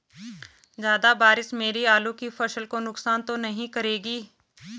ज़्यादा बारिश मेरी आलू की फसल को नुकसान तो नहीं करेगी?